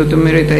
זאת אומרת,